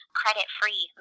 credit-free